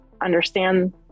understand